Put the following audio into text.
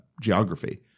geography